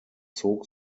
zog